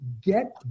Get